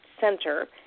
Center